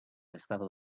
estado